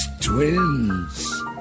twins